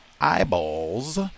eyeballs